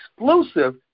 exclusive